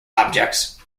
objects